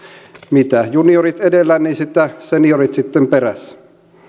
mitä juniorit edellä sitä seniorit sitten perässä